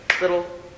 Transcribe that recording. little